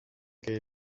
che